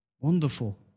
Wonderful